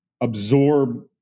absorb